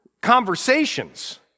conversations